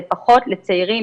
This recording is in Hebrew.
זה פחות לצעירים,